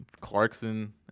Clarkson